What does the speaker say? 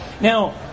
Now